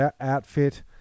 outfit